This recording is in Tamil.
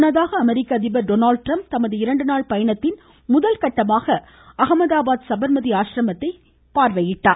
முன்னதாக அமெரிக்க அதிபர் டொனல்டு ட்டிரம்ப் தமது இரண்டுநாள் பயணத்தின் முதல் கட்டமாக அஹமதாபாத் சபர்மதி ஆசிரமத்தை பார்வையிட்டார்